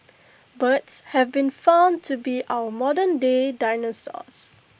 birds have been found to be our modernday dinosaurs